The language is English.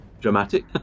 Dramatic